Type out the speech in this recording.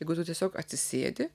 jeigu tu tiesiog atsisėdi